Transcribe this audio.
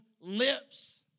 lips